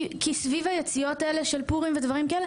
כי סביב היציאות האלה של פורים ודברים כאלה,